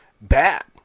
bad